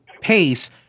pace